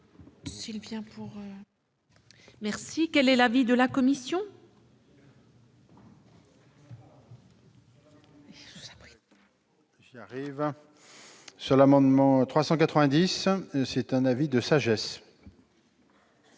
Quel est l'avis de la commission ?